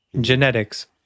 genetics